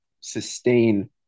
sustain